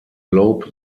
globe